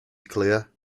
clear